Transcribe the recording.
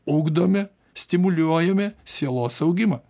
ugdome stimuliuojame sielos augimą